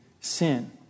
sin